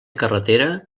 carretera